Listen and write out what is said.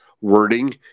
wording